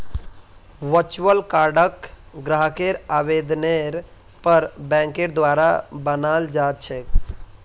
virtual कार्डक ग्राहकेर आवेदनेर पर बैंकेर द्वारा बनाल जा छेक